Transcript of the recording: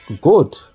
good